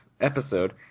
episode